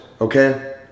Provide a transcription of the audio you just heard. okay